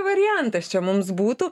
variantas čia mums būtų